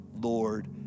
Lord